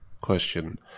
question